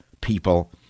people